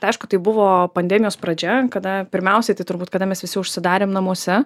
tai aišku tai buvo pandemijos pradžia kada pirmiausiai tai turbūt kada mes visi užsidarėm namuose